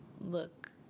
look